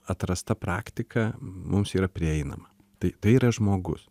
atrasta praktika mums yra prieinama tai tai yra žmogus